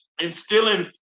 instilling